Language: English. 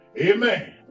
amen